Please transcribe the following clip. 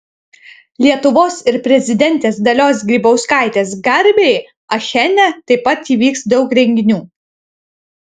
lietuvos ir prezidentės dalios grybauskaitės garbei achene taip pat įvyks daug renginių